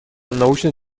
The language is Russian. научно